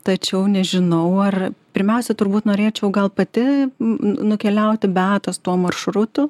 tačiau nežinau ar pirmiausia turbūt norėčiau gal pati nukeliauti beatos tuo maršrutu